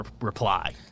Reply